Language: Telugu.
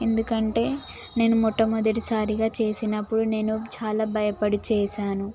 ఎందుకంటే నేను మొట్టమొదటిసారిగా చేసినప్పుడు నేను చాలా భయపడి చేశాను